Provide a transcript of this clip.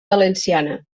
valenciana